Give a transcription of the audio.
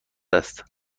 است